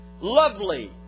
lovely